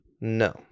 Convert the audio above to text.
No